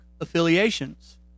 affiliations